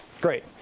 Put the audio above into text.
great